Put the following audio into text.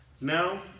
Now